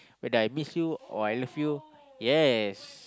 whether I miss you or I love you yes